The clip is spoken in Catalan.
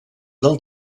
del